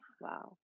wow